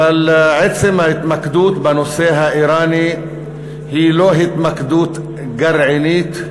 אבל עצם ההתמקדות בנושא האיראני היא לא התמקדות גרעינית,